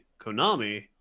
Konami